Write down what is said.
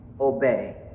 obey